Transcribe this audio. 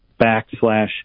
backslash